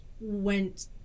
went